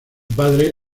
padre